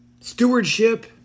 stewardship